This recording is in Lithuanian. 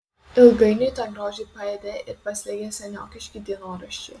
ilgainiui tą grožį paėdė ir paslėgė seniokiški dienoraščiai